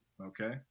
Okay